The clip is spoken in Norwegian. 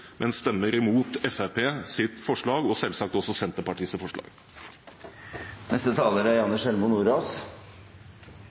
men vil stemme imot Fremskrittspartiets forslag – og selvsagt også Senterpartiets forslag. Radio er